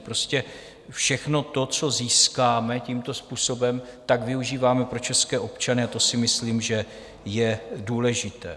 Prostě všechno to, co získáme tímto způsobem, využíváme pro české občany, a to si myslím, že je důležité.